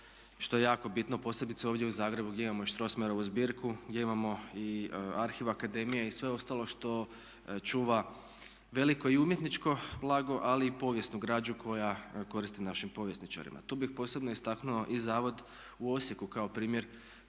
što je jako bitno posebice ovdje u Zagrebu gdje imamo i Strossmayerovu zbirku, gdje imamo i Arhiv akademije i sve ostalo što čuva veliko i umjetničko blago ali i povijesnu građu koja koristi našim povjesničarima. Tu bih posebno istaknuo i Zavod u Zagrebu kao primjer